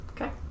Okay